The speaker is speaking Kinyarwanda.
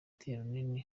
kwicungira